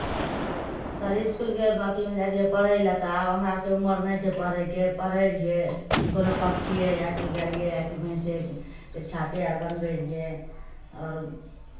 sir इसकुलके अथीमे जाइत रहियै पढ़य लेल तऽ आब हमरा आरके उमर नहि छै पढ़यके पढ़ैत रहियै कोनो पक्षीए या कि गायए या कि भैँसेके छापे आर बनबैत रहियै आओर